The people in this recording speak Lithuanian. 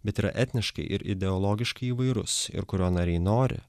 bet ir etniškai ir ideologiškai įvairus ir kurio nariai nori